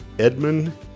Edmund